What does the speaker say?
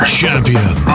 champion